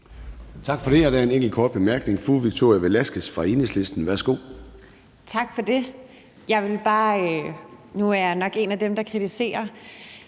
Tak for det. Nu er jeg nok en af dem, der kritiserer